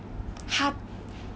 他